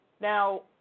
Now